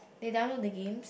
they download the games